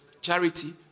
charity